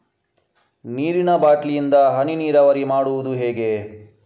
ನೀರಿನಾ ಬಾಟ್ಲಿ ಇಂದ ಹನಿ ನೀರಾವರಿ ಮಾಡುದು ಹೇಗೆ?